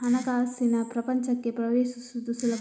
ಹಣಕಾಸಿನ ಪ್ರಪಂಚಕ್ಕೆ ಪ್ರವೇಶಿಸುವುದು ಸುಲಭವಲ್ಲ